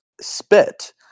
spit